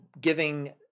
giving